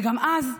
וגם אז,